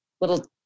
little